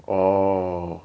orh